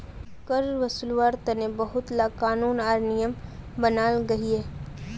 कर वासूल्वार तने बहुत ला क़ानून आर नियम बनाल गहिये